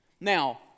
Now